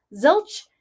Zilch